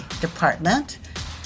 department